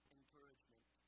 encouragement